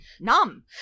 Numb